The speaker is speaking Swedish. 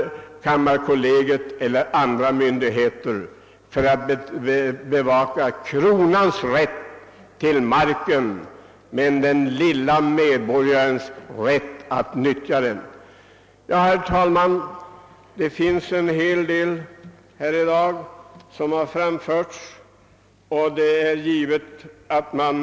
Vad gör kammarkollegium och andra myndigheter för att bevaka kronans äganderätt till marken och den lilla medborgarens rätt att nyttja den? Herr talman! Det har i dag sagts en hel del i debatten.